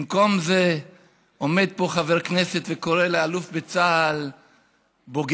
במקום זה עומד פה חבר כנסת וקורא לאלוף בצה"ל "בוגד",